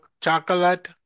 chocolate